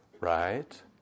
right